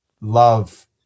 love